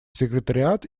секретариат